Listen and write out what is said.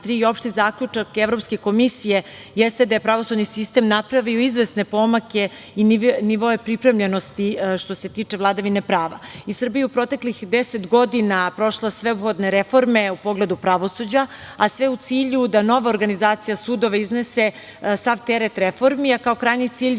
i opšti zaključak Evropske komisije jeste da je pravosudni sistem napravio izvesne pomake i nivoe pripremljenosti što se tiče vladavine prava. Srbija je u proteklih deset godina prošla sve uvodne reforme u pogledu pravosuđa, a sve u cilju da nova organizacija sudova iznese sav teret reformi, a kao krajnji cilj